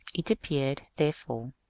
it appeared, therefore,